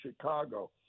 Chicago